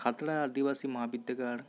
ᱠᱷᱟᱛᱲᱟ ᱟᱹᱫᱤᱵᱟᱹᱥᱤ ᱢᱚᱦᱟ ᱵᱤᱫᱫᱟᱹᱜᱟᱲ